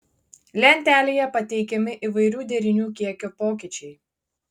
lentelėje pateikiami įvairių derinių kiekio pokyčiai